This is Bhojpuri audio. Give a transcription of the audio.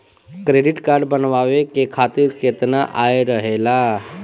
क्रेडिट कार्ड बनवाए के खातिर केतना आय रहेला?